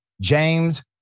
James